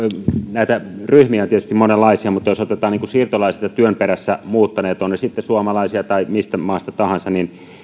näitä ryhmiä on tietysti monenlaisia mutta jos otetaan siirtolaiset ja työn perässä muuttaneet ovat he sitten suomalaisia tai mistä maasta tahansa